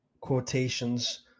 quotations